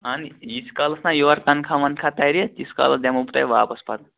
اَہَن ییٖتِس کالَس نا یورٕ تنخواہ ونخواہ تَرِ تیٖتِس کالَس دِمَو بہٕ تۄہہِ واپَس پتہٕ